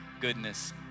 goodness